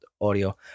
audio